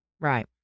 Right